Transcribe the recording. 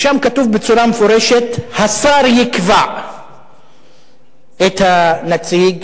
שם כתוב בצורה מפורשת: השר יקבע את הנציג.